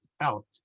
out